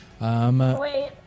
Wait